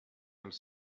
als